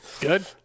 Good